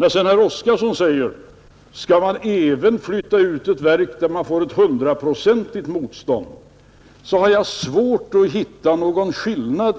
När herr Oskarson frågar, om man skall flytta ut ett verk där man får hundraprocentigt motstånd, så har jag svårt att se någon skillnad